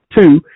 two